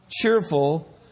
cheerful